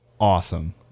Awesome